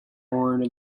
horn